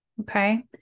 okay